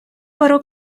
bwrw